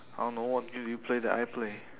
I don't know what game do you play that I play